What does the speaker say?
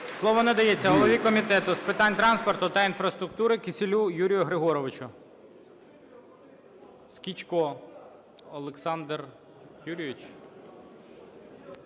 Слово надається голові Комітету з питань транспорту та інфраструктури Кісєлю Юрію Григоровичу. Скічко Олександр Юрійович.